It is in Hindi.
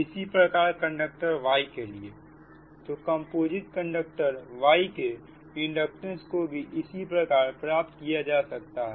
इसी प्रकार कंडक्टर Y के लिए तो कंपोजिट् कंडक्टर Y के इंडक्टेंस को भी इसी प्रकार प्राप्त किया जा सकता है